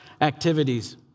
activities